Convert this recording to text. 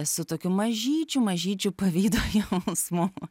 su tokiu mažyčiu mažyčiu pavydo jausmu